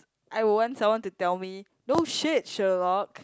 I want someone to tell me no shit Sherlock